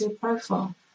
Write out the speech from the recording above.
profile